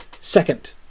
second